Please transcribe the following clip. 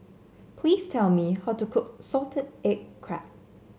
please tell me how to cook Salted Egg Crab